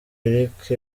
eric